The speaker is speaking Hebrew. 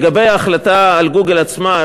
לגבי ההחלטה של "גוגל" עצמה,